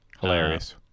Hilarious